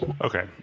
Okay